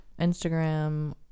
Instagram